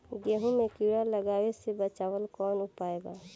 गेहूँ मे कीड़ा लागे से बचावेला कौन उपाय बा?